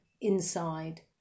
inside